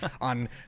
on